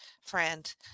friend